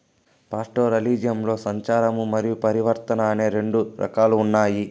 పాస్టోరలిజంలో సంచారము మరియు పరివర్తన అని రెండు రకాలు ఉన్నాయి